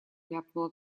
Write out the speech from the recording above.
ляпнула